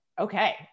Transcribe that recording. okay